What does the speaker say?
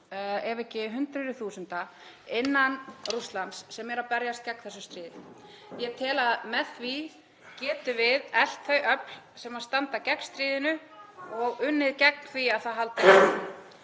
ef ekki hundruð þúsunda innan Rússlands sem eru að berjast gegn þessu stríði. Ég tel að með því getum við eflt þau öfl sem standa gegn stríðinu og unnið gegn því að það haldi